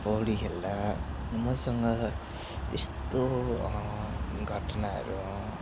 पौडी खेल्दा मसँग त्यस्तो घटनाहरू